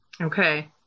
Okay